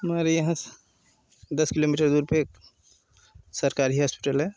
हमारे यहाँ से दस किलोमीटर दूर पर एक सरकारी हॉस्पिटल है